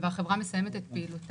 ואומרים שהחברה מסיימת את פעילותה.